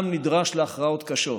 עם נדרש להכרעות קשות.